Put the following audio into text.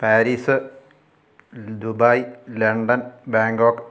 Paris Dubai London Bangkok